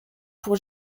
pour